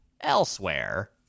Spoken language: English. elsewhere